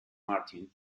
martin